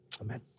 amen